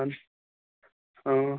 آہن حظ